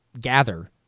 gather